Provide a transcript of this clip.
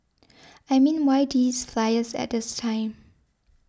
I mean why these flyers at this time